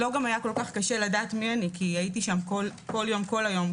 גם לא היה קשה לדעת מי אני כי הייתי שם כל יום כל היום,